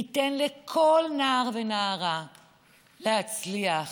ניתן לכל נער ונערה להצליח.